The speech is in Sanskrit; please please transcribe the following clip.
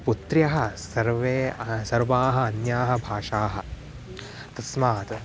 पुत्र्यः सर्वे अ सर्वाः अन्याः भाषाः तस्मात्